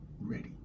Ready